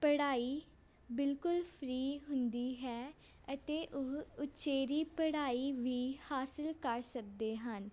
ਪੜ੍ਹਾਈ ਬਿਲਕੁਲ ਫਰੀ ਹੁੰਦੀ ਹੈ ਅਤੇ ਉਹ ਉਚੇਰੀ ਪੜ੍ਹਾਈ ਵੀ ਹਾਸਿਲ ਕਰ ਸਕਦੇ ਹਨ